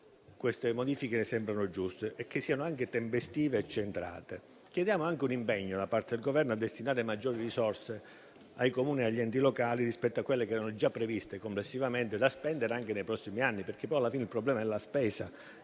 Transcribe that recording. queste modifiche sembrano giuste, ma anche tempestive e centrate. Chiediamo un impegno da parte del Governo a destinare maggiori risorse ai Comuni e agli enti locali rispetto a quelle che erano già complessivamente previste, da spendere anche nei prossimi anni. Alla fine il problema è quello